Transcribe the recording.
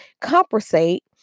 compensate